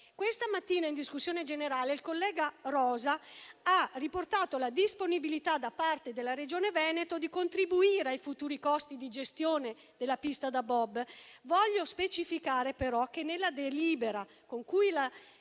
Questa mattina, in discussione generale, il collega Rosa ha riportato la disponibilità, da parte della Regione Veneto, di contribuire ai futuri costi di gestione della pista da bob. Voglio specificare, però, che nella delibera con cui la